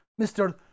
Mr